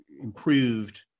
improved